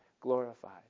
glorified